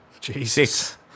Jesus